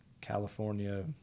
California